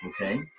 okay